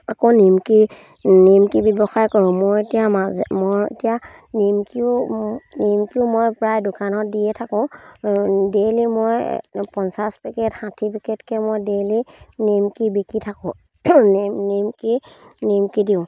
আকৌ নিমকি নিমকি ব্যৱসায় কৰোঁ মই এতিয়া মাজে মই এতিয়া নিমকিও নিমকিও মই প্ৰায় দোকানত দিয়ে থাকোঁ ডেইলি মই পঞ্চাছ পেকেট ষাঠি পেকেটকৈ মই ডেইলি নিমকি বিকি থাকোঁ নিমকি নিমকি দিওঁ